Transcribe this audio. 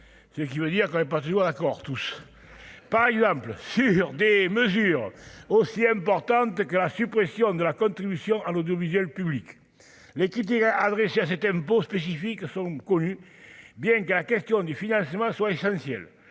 ce qui veut dire qu'on n'est pas toujours d'accord tous par exemple sur des mesures aussi importantes que la suppression de la contribution à l'audiovisuel public l'adressé à cet impôt spécifique sont connus, bien que la question du financement soit essentielle,